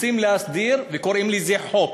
רוצים להסדיר וקוראים לזה חוק.